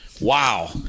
wow